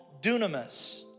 dunamis